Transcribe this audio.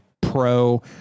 pro